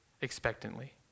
expectantly